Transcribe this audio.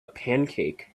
pancake